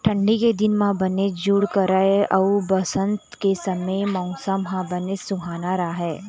ठंडी के दिन म बनेच जूड़ करय अउ बसंत के समे मउसम ह बनेच सुहाना राहय